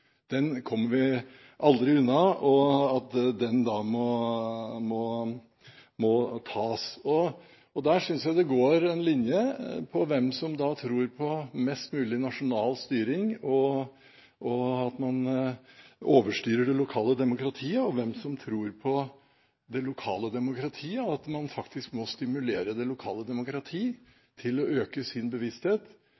den kommer vi aldri unna, at den må være der. Der synes jeg det går en linje med tanke på hvem som tror på mest mulig nasjonal styring, og at man overstyrer det lokale demokratiet, og hvem som tror på det lokale demokratiet, og at man faktisk må stimulere det lokale